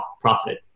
profit